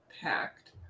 packed